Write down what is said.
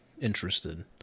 interested